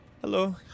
Hello